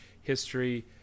history